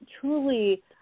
truly